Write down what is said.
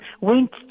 went